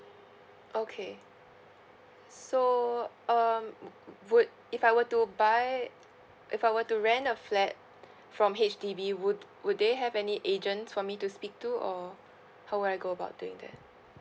okay so um would would would if I were to buy if I were to rent a flat from H_D_B would would they have any agent for me to speak to or how would I go about doing that